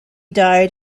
died